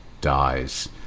dies